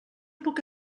puc